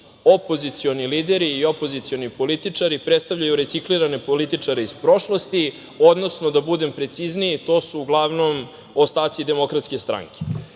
opozicioni lideri i opozicioni političari predstavljaju reciklirane političare iz prošlosti, odnosno, da budem precizniji, to su uglavnom ostaci Demokratske stranke.